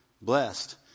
Blessed